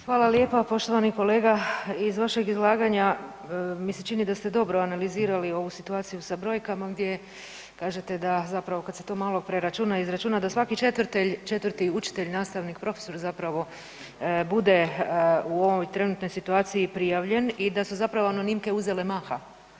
Hvala lijepa poštovani kolega, iz vašeg izlaganja mi se čini da ste dobro analizirali ovu situaciju sa brojkama gdje kažete da zapravo kad se to malo preračuna, izračuna da svaki četvrti učitelj, nastavnik, profesor, zapravo bude u ovoj trenutnoj situaciji prijavljen i da su zapravo anonimke uzele maha.